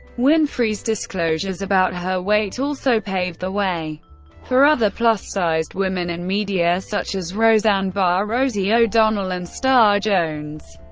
winfrey's disclosures about her weight also paved the way for other plus-sized women in media such as roseanne barr, rosie o'donnell and star jones.